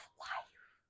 life